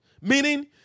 Meaning